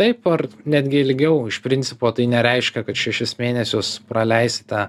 taip ar netgi ilgiau iš principo tai nereiškia kad šešis mėnesius praleisite